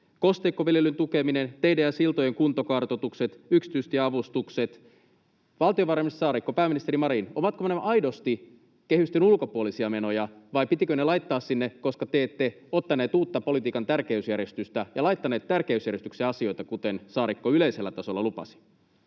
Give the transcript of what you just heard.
Kosteikkoviljelyn tukeminen, teiden ja siltojen kuntokartoitukset, yksityistieavustukset — valtiovarainministeri Saarikko ja pääministeri Marin: ovatko nämä aidosti kehysten ulkopuolisia menoja vai pitikö ne laittaa sinne, koska te ette ottaneet uutta politiikan tärkeysjärjestystä ja laittaneet tärkeysjärjestykseen asioita, kuten Saarikko yleisellä tasolla lupasi?